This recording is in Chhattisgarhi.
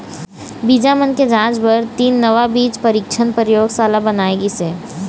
बीजा मन के जांच बर तीन नवा बीज परीक्छन परयोगसाला बनाए गिस हे